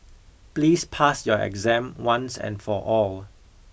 please pass your exam once and for all